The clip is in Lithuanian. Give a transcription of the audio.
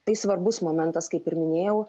tai svarbus momentas kaip ir minėjau